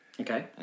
Okay